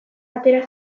atera